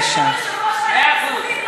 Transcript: אתה לא כופה על הילדים שלי?